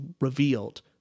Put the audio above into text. revealed